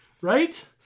Right